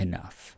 Enough